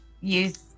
use